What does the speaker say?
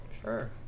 Sure